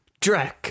Drek